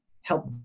help